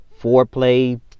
foreplay